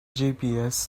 gps